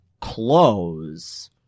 clothes